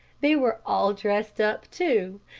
they were all dressed up, too.